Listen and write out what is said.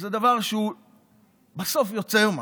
וזה דבר שהוא בסוף יוצר משהו.